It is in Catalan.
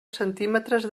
centímetres